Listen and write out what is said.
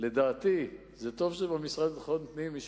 לדעתי זה טוב שבמשרד לביטחון פנים,